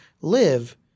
live